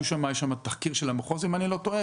היה שם תחקיר של המחוז אם אני לא טועה,